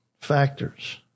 factors